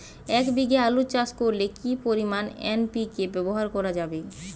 এক বিঘে আলু চাষ করলে কি পরিমাণ এন.পি.কে ব্যবহার করা যাবে?